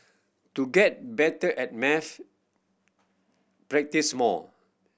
to get better at maths practise more